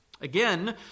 Again